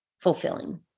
fulfilling